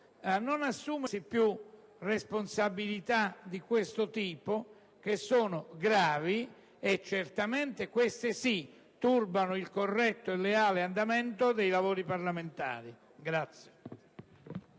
non assumersi più responsabilità di questo tipo, che sono gravi e certamente, queste sì, turbano il corretto e leale andamento dei lavori parlamentari.